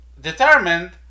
determined